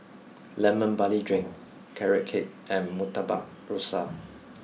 Lemon Barley Drink Carrot Cake and Murtabak Rusa